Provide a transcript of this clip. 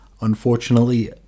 Unfortunately